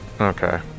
okay